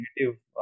negative